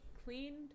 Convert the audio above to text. Cleaned